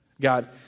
God